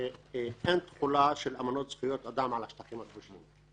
שאין תחולה של אמנות זכויות אדם על השטחים הכבושים.